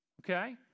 Okay